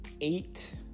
eight